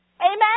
Amen